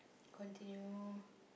continue